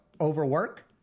overwork